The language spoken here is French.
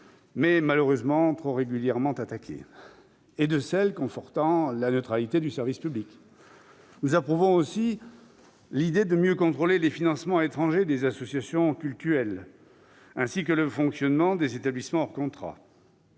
mais malheureusement trop souvent attaquée, et à celles qui confortent la neutralité du service public. Nous approuvons aussi l'idée de mieux contrôler les financements étrangers des associations cultuelles, ainsi que le fonctionnement des établissements hors contrat.